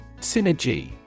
Synergy